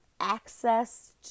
access